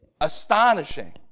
Astonishing